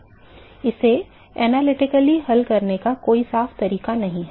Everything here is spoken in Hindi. इसे विश्लेषणात्मक रूप से हल करने का कोई साफ तरीका नहीं है